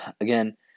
Again